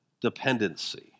dependency